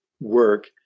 work